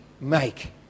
make